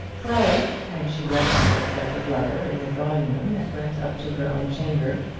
clara, when she left her accepted lover in the drawing-room and went up to her own chamber,